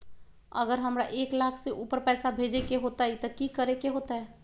अगर हमरा एक लाख से ऊपर पैसा भेजे के होतई त की करेके होतय?